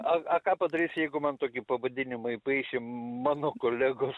a a ką padarysi jeigu man tokį pavadinimą įpaišė mano kolegos